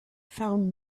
found